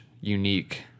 unique